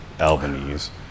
Albanese